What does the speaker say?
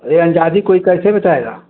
अरे अंदाज कोई कैसे बताइएगा